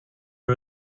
are